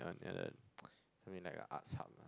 yeah something like that something like a arts hub